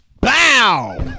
BOW